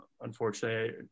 unfortunately